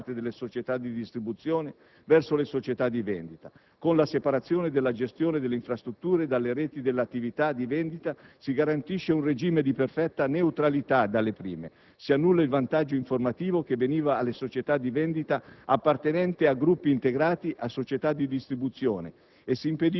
alla non discriminazione all'accesso alle informazioni da parte delle società di distribuzione verso le società di vendita. Con la separazione della gestione delle infrastrutture delle reti dalle attività di vendita si garantisce un regime di perfetta neutralità delle prime; si annulla il vantaggio informativo che veniva alle società di vendita appartenenti a